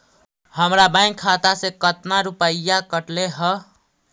हमरा बैंक खाता से कतना रूपैया कटले है?